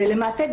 ולמעשה,